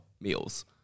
meals